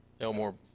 Elmore